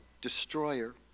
destroyer